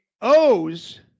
O's